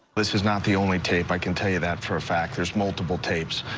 this is not the only tape. i can tell you that for a fact there's multiple tapes.